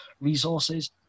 resources